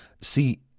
See